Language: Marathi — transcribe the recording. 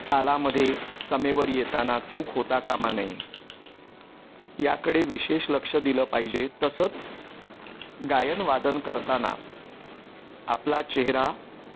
तालामध्ये समेवर येताना चूक होता कामा नये याकडे विशेष लक्ष दिलं पाहिजे तसंच गायनवादन करताना आपला चेहरा